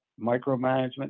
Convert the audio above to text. micromanagement